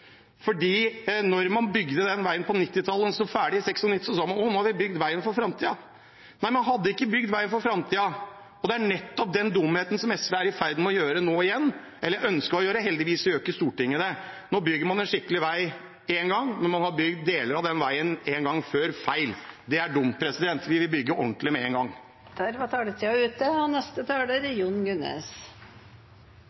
ferdig i 1996 – sa man: Nå har vi bygd veien for framtiden. Nei, man hadde ikke bygd veien for framtiden. Det er nettopp den dumheten SV er i ferd med å gjøre nå igjen – eller de ønsker å gjøre det. Heldigvis gjør ikke Stortinget det – man bygger nå en skikkelig vei én gang, når man har bygd deler av den veien feil en gang før, som var dumt. Vi vil bygge ordentlig med en gang. Klima bryr Venstre seg veldig mye om, og